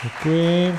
Děkuji.